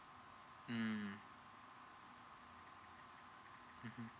mm mmhmm